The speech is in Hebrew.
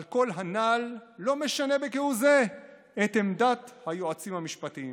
אבל כל הנ"ל לא משנה כהוא זה את עמדת היועצים המשפטיים,